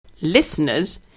Listeners